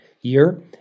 year